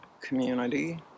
community